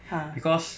ha